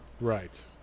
Right